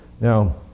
Now